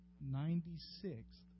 ninety-sixth